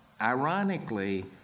ironically